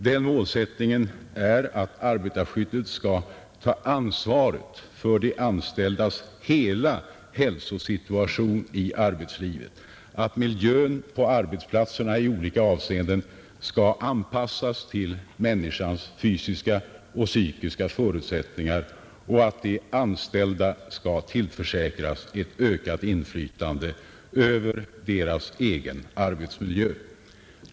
Den målsättningen är att arbetarskyddet skall ta ansvaret för de anställdas hela hälsosituation i arbetslivet, att miljön på arbetsplatserna i olika avseenden skall anpassas till människans fysiska och psykiska förutsättningar och att de anställda skall tillförsäkras ett ökat inflytande över sin egen arbetsmiljö.